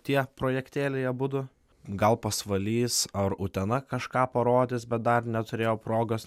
tie projektėliai abudu gal pasvalys ar utena kažką parodys bet dar neturėjo progos